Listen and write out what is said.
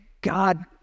God